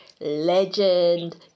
legend